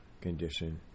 condition